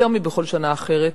יותר מבכל שנה אחרת,